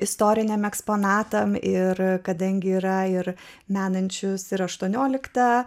istoriniam eksponatams ir kadangi yra ir menančius ir aštuonioliktą